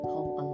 Home